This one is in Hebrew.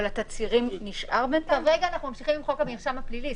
אבל התצהירים נשארים --- כרגע אנחנו ממשיכים עם חוק המרשם הפלילי.